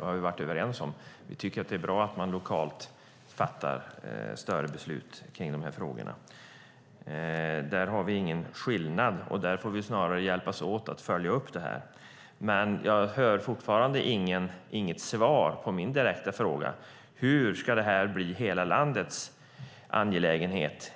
har vi varit överens om. Vi tycker att det är bra att man lokalt fattar större beslut i de här frågorna. Där har vi ingen skillnad. Där får vi snarare hjälpas åt att följa upp det hela. Jag hör fortfarande inget svar på min direkta fråga: Hur ska detta bli hela landets angelägenhet?